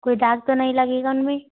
कोई दाग तो नहीं लगेगा उनमें